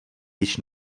již